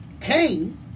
Cain